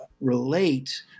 relate